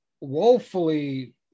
woefully